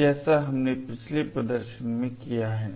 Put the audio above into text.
जैसा हमने पिछले प्रदर्शन में किया है